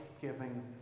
giving